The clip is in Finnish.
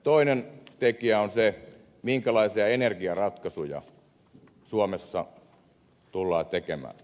toinen tekijä on se minkälaisia energiaratkaisuja suomessa tullaan tekemään